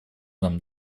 нам